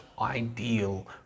ideal